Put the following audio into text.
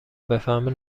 بفهمه